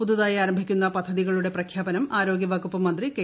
പുതുതായി ആരംഭിക്കുന്ന പദ്ധതികളുടെ പ്രഖ്യാപനം ആരോഗ്യ വകുപ്പ് മന്ത്രി കെ